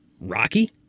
rocky